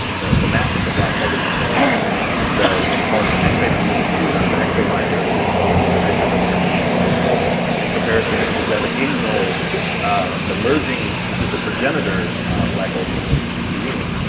the the mass of the black hole. this is showing that they call it the x-ray measurement, so these are the x-ray binary systems that we've measured the masses for in comparison to the gravitational ah the merging these are the progenitor black hole systems in green,